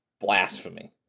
blasphemy